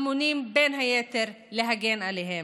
אמונים בין היתר על ההגנה עליהם.